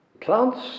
Plants